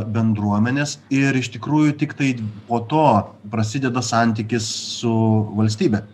bendruomenės ir iš tikrųjų tiktai po to prasideda santykis su valstybe